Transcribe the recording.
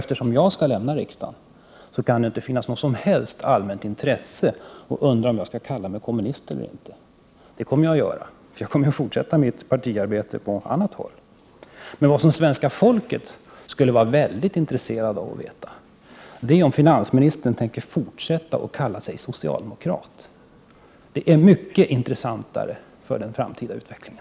Eftersom jag skall lämna riksdagen kan det inte finnas något som helst allmänt intresse för om jag skall kalla mig kommunist eller inte. Men det kommer jag att göra, för jag kommer att fortsätta mitt partiarbete på annat håll. Vad svenska folket skulle vara väldigt intresserat av att veta är om finansministern tänker fortsätta att kalla sig socialdemokrat. Det är mycket intressantare för den framtida utvecklingen.